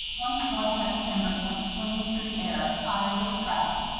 once more the heavy timbers went swinging through the air, high over the tracks,